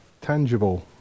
Tangible